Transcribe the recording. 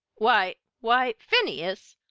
why, why phineas!